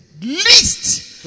least